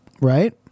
right